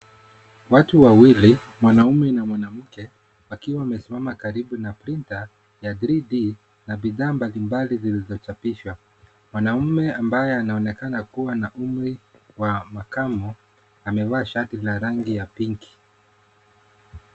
Watu wawili, mwanaume na mwanamke, wakiwa wamesimama karibu na printer ya 3D na bidhaa mbalimbali zilizochapishwa. Mwanaume ambaye anaonekana kuwa na umri wa makamo, amevaa shati la rangi ya pinki.